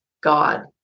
God